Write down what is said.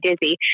dizzy